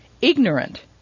ignorant